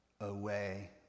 away